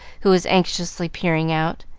who was anxiously peering out,